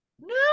no